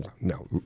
No